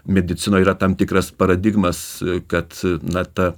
medicinoj yra tam tikras paradigmas kad na ta